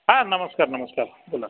हां नमस्कार नमस्कार बोला ना